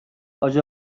حاج